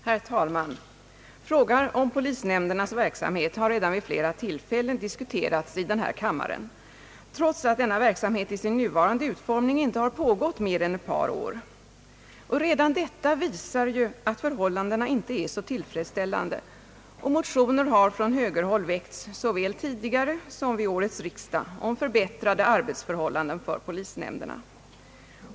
Herr talman! Frågan om polisnämndernas verksamhet har vid flera tillfällen diskuterats i denna kammare, trots att denna verksamhet i sin nuvarande utformning inte har pågått mer än ett par år. Redan detta visar att förhållandena inte är så tillfredsställande. Motioner har från högerhåll väckts såväl tidigare som vid årets riksdag om förbättrade arbetsförhållanden för polisnämnderna.